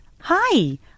hi